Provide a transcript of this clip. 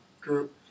group